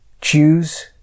Choose